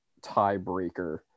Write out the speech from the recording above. tiebreaker